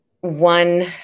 one